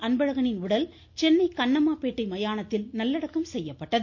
அன்பழகனின் உடல் சென்னை கண்ணம்மா பேட்டை மயானத்தில் நல்லடக்கம் செய்யப்பட்டது